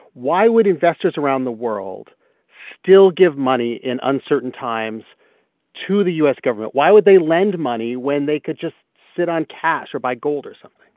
why would investors around the world still give money in uncertain times to the u s. government? why would they lend money when they could just sit on cash or buy gold or something?